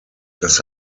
das